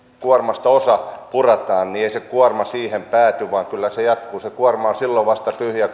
kuormasta osa puretaan niin ei se kuorma siihen pääty vaan kyllä se jatkuu se kuorma on silloin vasta tyhjä